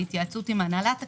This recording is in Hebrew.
בהתייעצות עם הנהלת הכנסת,